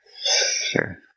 Sure